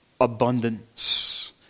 abundance